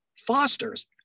Fosters